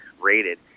rated